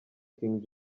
king